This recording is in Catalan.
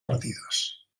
partides